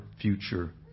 future